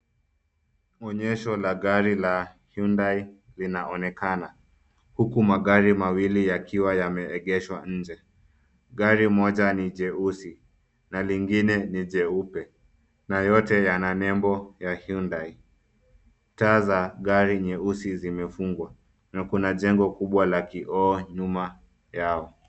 Onyesho la gari la Hyundai linaonekana. Huku magari mawili yakiwa yameegeshwa nje. Gari moja ni jeusi na lingine ni jeupe na yote yana nembo ya Hyundai . Taa za gari nyeusi zimefungwa na kuna jengo kubwa la kioo nyuma yao.